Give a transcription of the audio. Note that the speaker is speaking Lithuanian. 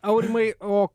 aurimai o